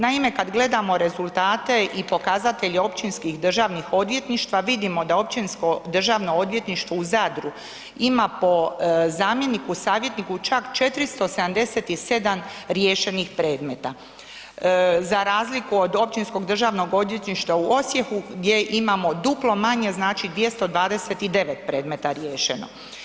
Naime, kad gledamo rezultate i pokazatelje općinskih državnih odvjetništva vidimo da Općinsko državno odvjetništvo u Zadru ima po zamjeniku, savjetniku čak 477 riješenih predmeta, za razliku Općinskog državnog odvjetništva u Osijeku gdje imamo duplo manje znači 229 predmeta riješeno.